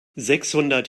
sechshundert